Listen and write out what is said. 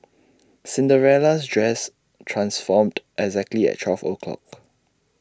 Cinderella's dress transformed exactly at twelve o'clock